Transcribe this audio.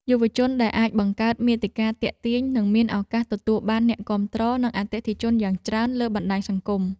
យុវជនដែលអាចបង្កើតមាតិកាទាក់ទាញនឹងមានឱកាសទទួលបានអ្នកគាំទ្រ និងអតិថិជនយ៉ាងច្រើនលើបណ្តាញសង្គម។